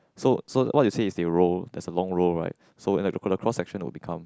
so so what you say is they roll there's a long roll right so end the chocolate cross session will become